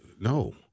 No